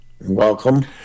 Welcome